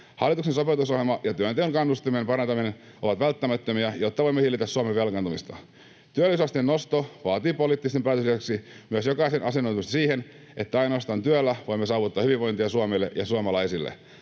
Hallituksen sopeutusohjelma ja työnteon kannustimien parantaminen ovat välttämättömiä, jotta voimme hillitä Suomen velkaantumista. Työllisyysasteen nosto vaatii poliittisten päätösten lisäksi myös jokaisen asennoitumista siihen, että ainoastaan työllä voimme saavuttaa hyvinvointia Suomelle ja suomalaisille.